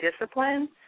discipline